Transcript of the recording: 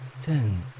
Ten